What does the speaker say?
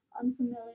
unfamiliar